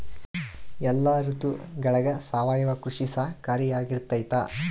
ಎಲ್ಲ ಋತುಗಳಗ ಸಾವಯವ ಕೃಷಿ ಸಹಕಾರಿಯಾಗಿರ್ತೈತಾ?